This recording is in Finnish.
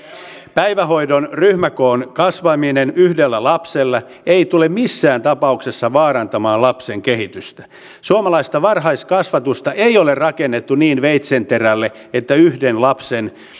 päivähoidon ryhmäkoon kasvaminen yhdellä lapsella ei tule missään tapauksessa vaarantamaan lapsen kehitystä suomalaista varhaiskasvatusta ei ole rakennettu niin veitsenterälle että yhden lapsen